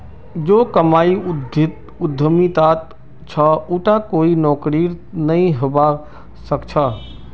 जो कमाई उद्यमितात छ उटा कोई नौकरीत नइ हबा स ख छ